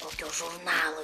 kokio žurnalo